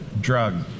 drug